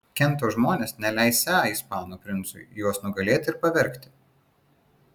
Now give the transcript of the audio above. kento žmonės neleisią ispanų princui juos nugalėti ir pavergti